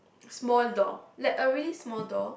small door like a really small door